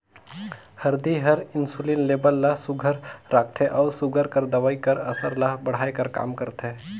हरदी हर इंसुलिन लेबल ल सुग्घर राखथे अउ सूगर कर दवई कर असर ल बढ़ाए कर काम करथे